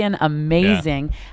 amazing